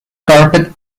carpet